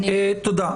תודה.